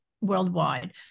worldwide